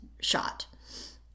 shot